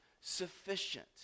sufficient